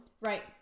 Right